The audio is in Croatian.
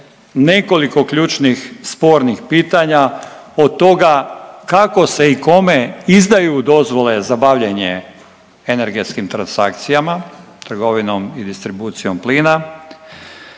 nekoliko ključnih spornih pitanja od toga kako se i kome izdaju dozvole za bavljenje energetskim transakcijama, trgovinom i distribucijom plina.